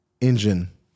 engine